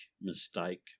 mistake